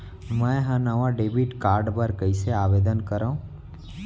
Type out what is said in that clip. मै हा नवा डेबिट कार्ड बर कईसे आवेदन करव?